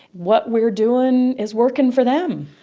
what we're doing is working for them.